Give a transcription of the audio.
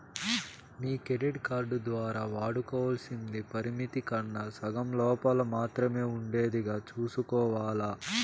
మీ credit card దోరా వాడుకోవల్సింది పరిమితి కన్నా సగం లోపల మాత్రమే ఉండేదిగా సూసుకోవాల్ల